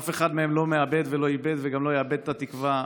אף אחד מהם לא מאבד ולא איבד וגם לא יאבד את התקווה.